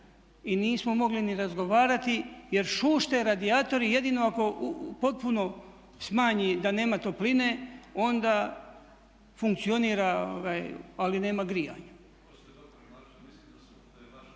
i nismo mogli ni razgovarati jer šušte radijatori jedino ako potpuno smanji da nema topline onda funkcionira ali nema grijanja.